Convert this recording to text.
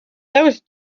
those